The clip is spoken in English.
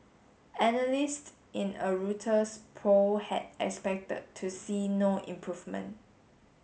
analyst in a Reuters poll had expected to see no improvement